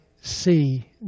see